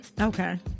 Okay